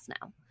now